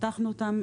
פתחנו אותם,